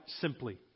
simply